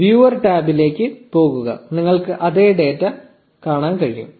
0957 viewer ടാബിലേക്ക് പോകുക നിങ്ങൾക്ക് അതേ ഡാറ്റ കാണാൻ കഴിയും